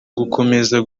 gukomeza